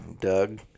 Doug